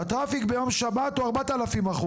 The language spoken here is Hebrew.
התנועה ביום שבת עומד על 4000%,